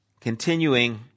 Continuing